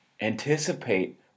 Anticipate